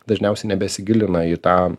dažniausiai nebesigilina į tą